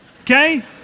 okay